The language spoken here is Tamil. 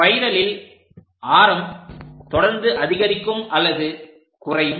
ஸ்பைரலில் ஆரம் தொடர்ந்து அதிகரிக்கும் அல்லது குறையும்